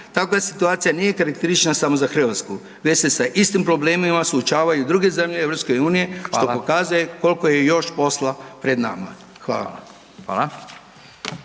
Takva situacija nije karakteristična samo za Hrvatsku, već se sa …… istim problemima suočavaju i druge zemlje EU …/Upadica: Hvala./… što pokazuje koliko je još posla pred nama. Hvala